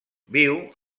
viu